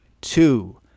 two